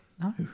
No